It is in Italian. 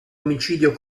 omicidio